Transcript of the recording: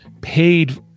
paid